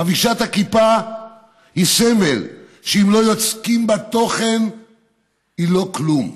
חבישת הכיפה היא סמל שאם לא יוצקים בה תוכן היא לא כלום.